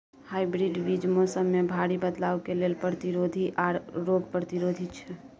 hybrid बीज मौसम में भारी बदलाव के लेल प्रतिरोधी आर रोग प्रतिरोधी छै